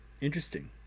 interesting